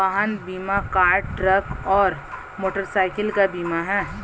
वाहन बीमा car, truck और मोटरसाइकिल का बीमा है